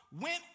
went